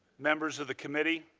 members of the committee,